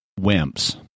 wimps